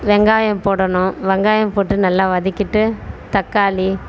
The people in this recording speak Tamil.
வெங்காயம் போடணும் வெங்காயம் போட்டு நல்லா வதக்கிட்டு தக்காளி